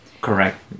Correct